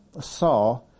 saw